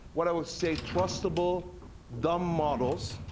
what i would say, trustable dumb models,